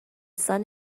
sun